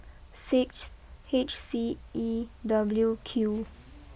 six H C E W Q